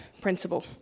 principle